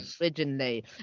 originally